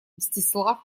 мстислав